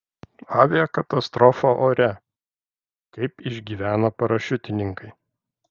aviakatastrofa ore kaip išgyveno parašiutininkai